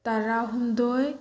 ꯇꯔꯥ ꯍꯨꯝꯗꯣꯏ